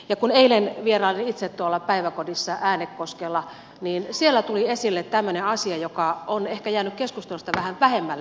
ja kun eilen vierailin itse päiväkodissa äänekoskella niin siellä tuli esille tämmöinen asia joka on ehkä jäänyt keskustelussa vähän vähemmälle